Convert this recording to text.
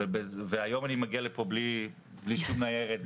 והיום אני מגיע לכאן בלי שום ניירת,